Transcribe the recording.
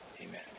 amen